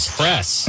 press